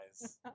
guys